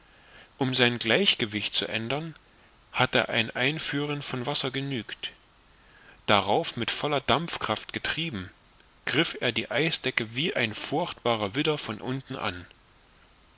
um sein gleichgewicht zu ändern hatte ein einführen von wasser genügt darauf mit voller dampfkraft getrieben griff er die eisdecke wie ein furchtbarer widder von unten an